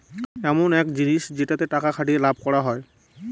ইমন এক জিনিস যেটাতে টাকা খাটিয়ে লাভ করা হয়